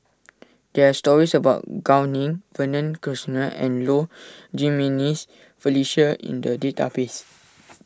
there are stories about Gao Ning Vernon Cornelius and Low Jimenez Felicia in the database